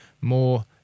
more